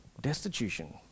destitution